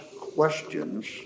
questions